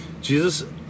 Jesus